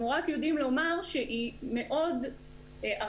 אנחנו רק יודעים לומר שהיא מאוד ארכאית